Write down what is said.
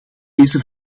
deze